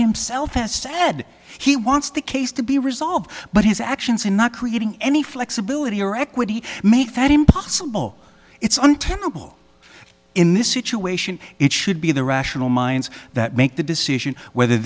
himself has said he wants the case to be resolved but his actions are not creating any flexibility or equity make that impossible it's untenable in this situation it should be the rational minds that make the decision whether